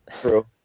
True